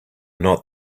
not